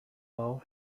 law